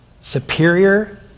superior